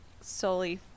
solely